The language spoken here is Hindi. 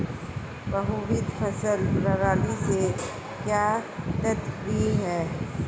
बहुविध फसल प्रणाली से क्या तात्पर्य है?